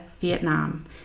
Vietnam